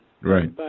Right